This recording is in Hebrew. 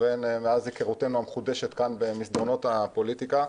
והן מאז היכרותנו המחודשת כאן במסדרונות הפוליטיקה.